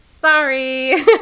Sorry